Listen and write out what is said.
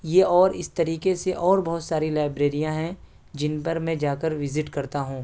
یہ اور اس طریقہ سے اور بہت ساری لائبریریاں ہیں جن پر میں جا کر وزٹ کرتا ہوں